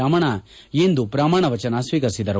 ರಮಣ ಇಂದು ಪ್ರಮಾಣ ವಚನ ಸ್ನೀಕರಿಸಿದರು